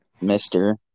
mister